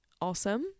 awesome